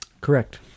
Correct